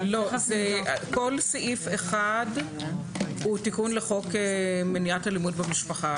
כל סעיף (1) הוא תיקון לחוק מניעת אלימות במשפחה.